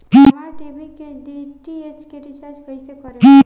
हमार टी.वी के डी.टी.एच के रीचार्ज कईसे करेम?